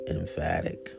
emphatic